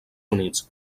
units